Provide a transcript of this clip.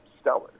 stellar